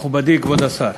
מכובדי כבוד השר,